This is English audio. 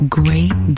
great